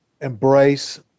embrace